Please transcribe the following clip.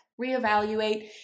Reevaluate